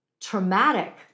traumatic